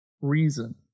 reason